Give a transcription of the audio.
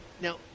Now